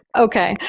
ok.